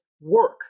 Work